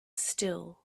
still